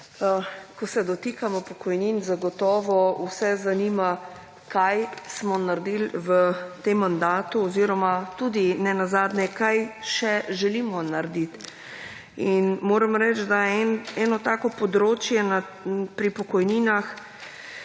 Ko se dotikamo pokojnin zagotovo vse zanima kaj smo naredili v tem mandatu oziroma tudi nenazadnje kaj še želimo narediti. Moram reči, da eno tako področje pri pokojninah